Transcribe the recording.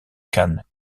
khan